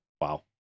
Wow